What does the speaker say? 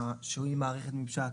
שהיא מערכת ממשק